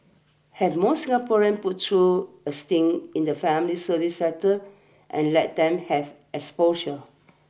have more Singaporeans put through a stint in the family service sector and let them have exposure